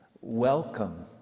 welcome